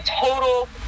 total